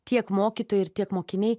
tiek mokytojai ir tiek mokiniai